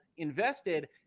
invested